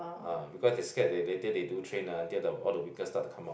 ah because they scared that later they do train ah there the all the wrinkles start to come out